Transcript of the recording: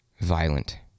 violent